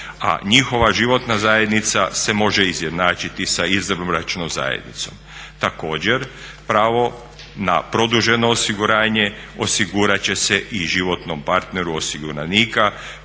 a njihova životna zajednica se može izjednačiti sa izvanbračnom zajednicom. Također, pravo na produženo osiguranje osigurat će se i životnom partneru osiguranika